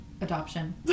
adoption